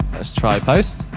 let's try post.